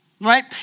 right